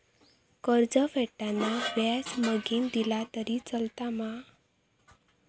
कर्ज फेडताना व्याज मगेन दिला तरी चलात मा?